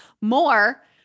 more